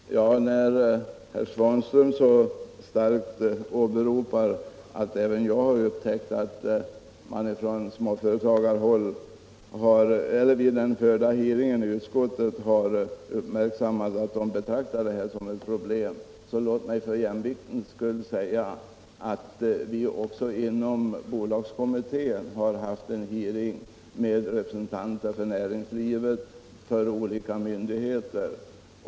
Herr talman! När herr Svanström så starkt poängterar att även jag har uppmärksammat småföretagens problem efter hearingen i utskottet, vill jag för jämviktens skull tala om att bolagskommittén också har haft en hearing med representanter för näringslivet och olika myndigheter.